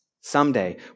someday